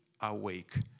awake